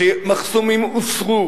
שמחסומים הוסרו